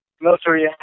Military